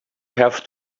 have